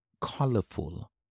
colorful